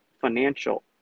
financial